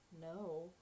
no